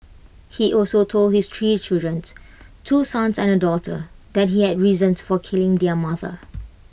he also told his three children two sons and A daughter that he had reasons for killing their mother